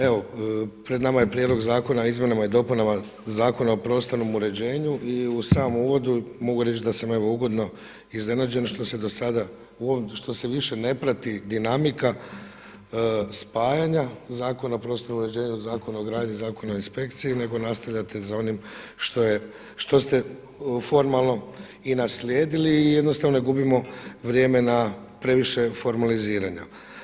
Evo pred nama je Prijedlog zakona o izmjenama i dopunama Zakona o prostornom uređenju i u samom uvodu mogu reći da sam ugodno iznenađen što se do sada u ovom što se više ne prati dinamika spajanja Zakona o prostornom uređenju, Zakona o gradnji, Zakona i inspekciji nego nastavljate za onim što ste formalno i naslijedili i jednostavno ne gubimo vrijeme na previše formaliziranja.